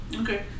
okay